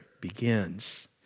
begins